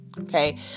Okay